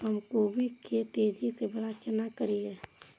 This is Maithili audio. हम गोभी के तेजी से बड़ा केना करिए?